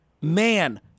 man